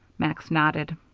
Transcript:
max nodded.